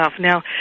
Now